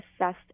assessed